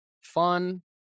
fun